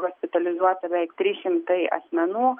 hospitalizuota beveik trys šimtai asmenų